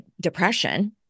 depression